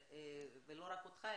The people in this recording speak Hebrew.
ולא רק אותך,